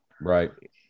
Right